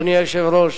אדוני היושב-ראש,